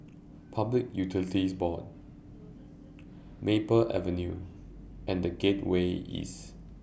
Public Utilities Board Maple Avenue and The Gateway East